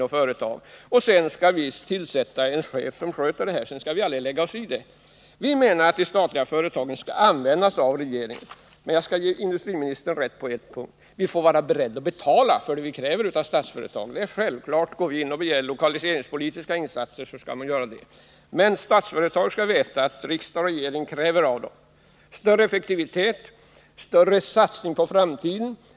Men därefter skall vi tydligen inte få lägga oss i företagens skötsel. Vi menar att regeringen skall använda sig av de statliga företagen. Jag skall emellertid ge industriministern rätt på en punkt. Vi skall vara beredda att betala för vad vi kräver av Statsföretag AB. Det gäller t.ex. i fråga om lokaliseringspolitiska insatser. Men Statsföretag AB skall också veta att riksdag och regering kräver större effektivitet och större satsningar på framtiden.